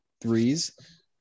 threes